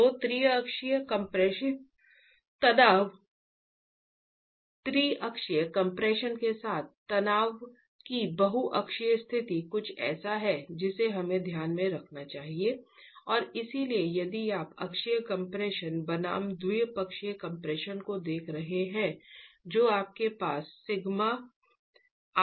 तो त्रिअक्षीय कंप्रेसिव तनाव त्रिअक्षीय कम्प्रेशन के साथ तनाव की बहु अक्षीय स्थिति कुछ ऐसा है जिसे हमें ध्यान में रखना चाहिए और इसलिए यदि आप अक्षीय कम्प्रेशन बनाम द्विपक्षीय कम्प्रेशन को देख रहे हैं जो आपके पास σjy और σjx है